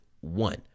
one